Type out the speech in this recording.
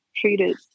treated